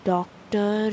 Doctor